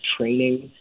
training